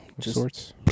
sorts